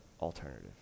alternative